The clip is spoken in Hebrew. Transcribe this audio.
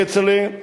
כצל'ה,